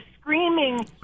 screaming